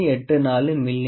84 மி